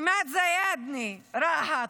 עימאד זיאדנה מרהט,